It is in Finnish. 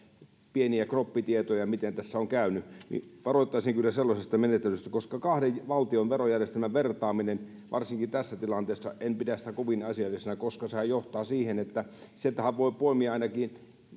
pieniä knoppitietoja miten tässä on käynyt että varoittaisin kyllä sellaisesta menettelystä koska kahden valtion verojärjestelmän vertaaminen varsinkin tässä tilanteessa en pidä sitä kovin asiallisena koska sehän johtaa siihen että sieltähän voi poimia